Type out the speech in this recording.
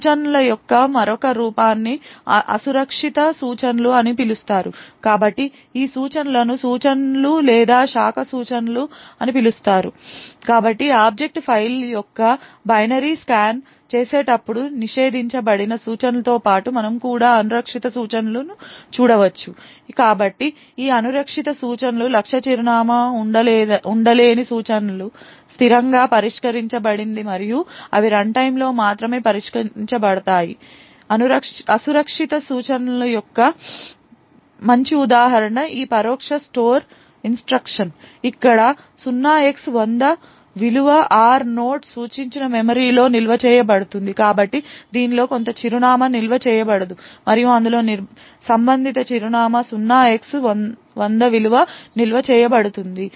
సూచనల యొక్క మరొక రూపాన్ని అసురక్షిత సూచనలు అని పిలుస్తారు కాబట్టి ఈ సూచనలను సూచనలు లేదా శాఖ సూచనలు అని పిలుస్తారు కాబట్టి ఆబ్జెక్ట్ ఫైల్ యొక్క బైనరీని స్కాన్ చేసేటప్పుడు నిషేధించబడిన సూచనలతో పాటు మనము కూడా అసురక్షిత సూచనలను చూడవచ్చు కాబట్టి ఈ అసురక్షిత సూచనలు లక్ష్య చిరునామా ఉండలేని సూచనలు స్థిరంగా పరిష్కరించబడింది మరియు అవి రన్టైమ్లో మాత్రమే పరిష్కరించబడతాయి అసురక్షిత సూచనల యొక్క మంచి ఉదాహరణ ఈ పరోక్ష స్టోర్ ఇన్స్ట్రక్షన్ ఇక్కడ 0x100 విలువ r నోట్ సూచించిన మెమరీలో నిల్వ చేయబడుతుంది కాబట్టి దానిలో కొంత చిరునామా నిల్వ చేయబడదు మరియు అందులో సంబంధిత చిరునామా 0x100 విలువ నిల్వ చేయబడుతుంది